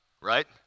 right